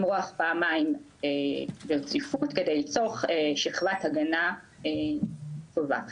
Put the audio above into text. למרוח פעמיים ברציפות כדי ליצור שכבת הגנה טובה,